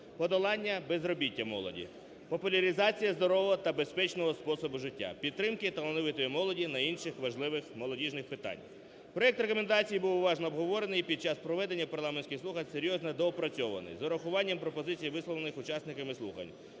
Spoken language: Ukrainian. подолання безробіття молоді, популяризація здорового та безпечного способу життя, підтримки талановитої молоді на інших важливих молодіжних питань. Проект рекомендацій був уважно обговорений і під час проведення парламентських слухань серйозно доопрацьований з урахуванням пропозицій висловлених учасниками слухань,